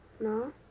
No